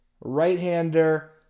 right-hander